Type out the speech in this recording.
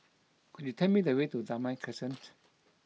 could you tell me the way to Damai Crescent